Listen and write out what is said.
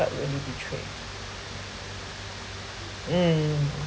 that wouldn't be true mm